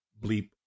bleep